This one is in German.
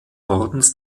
ordens